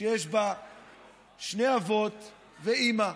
שיש בה שני אבות ואימא.